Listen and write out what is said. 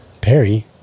Perry